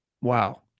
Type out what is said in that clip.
Wow